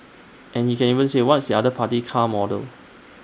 and he can even say what's the other party's car model